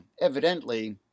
evidently